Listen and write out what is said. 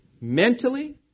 mentally